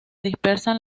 dispersan